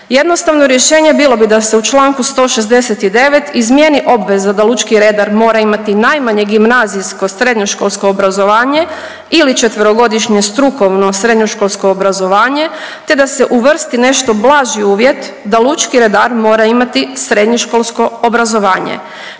Jednostavno rješenje bilo bi da se u čl. 169. izmjeni obveza da lučki redar mora imati najmanje gimnazijsko srednjoškolsko obrazovanje ili 4-godišnje strukovno srednjoškolsko obrazovanje, te da se uvrsti nešto blaži uvjet da lučki redar mora imati srednjoškolsko obrazovanje,